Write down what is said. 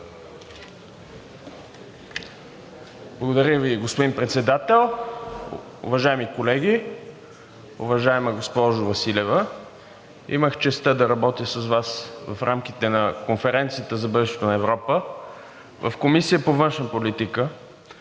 Благодаря Ви, господин Председател. Уважаеми колеги! Уважаема госпожо Василева, имах честта да работя с Вас в рамките на Конференцията за бъдещето на Европа в Комисията по външна политика.